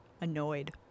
annoyed